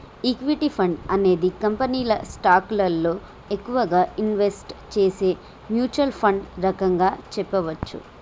equity fund అనేది కంపెనీల స్టాకులలో ఎక్కువగా ఇన్వెస్ట్ చేసే మ్యూచ్వల్ ఫండ్ రకంగా చెప్పచ్చు